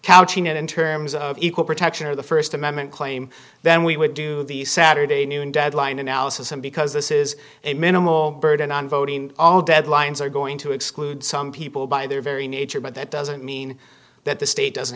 counting it in terms of equal protection or the st amendment claim then we would do the saturday noon deadline analysis and because this is a minimal burden on voting all deadlines are going to exclude some people by their very nature but that doesn't mean that the state doesn't